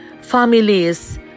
families